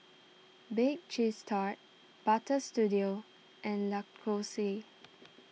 Bake Cheese Tart Butter Studio and Lacoste